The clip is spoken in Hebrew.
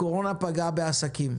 הקורונה פגעה בעסקים.